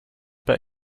bet